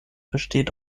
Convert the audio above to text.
besteht